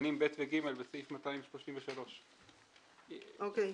קטנים (ב) ו-(ג) בסעיף 233. אוקיי.